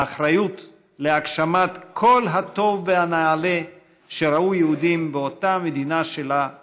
האחריות של הגשמת כל הטוב והנעלה שראו יהודים באותה מדינה שלה ציפו".